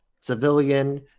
civilian